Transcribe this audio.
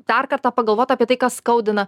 dar kartą pagalvot apie tai kas skaudina